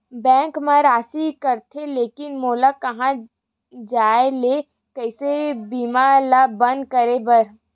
Bank मा राशि कटथे लेकिन मोला कहां जाय ला कइसे बीमा ला बंद करे बार?